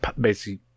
basic